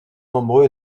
nombreux